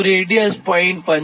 તો રેડીયસ 0